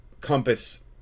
compass